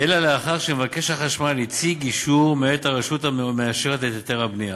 אלא לאחר שמבקש החשמל הציג אישור מאת הרשות המאשרת את היתר הבנייה,